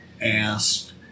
asked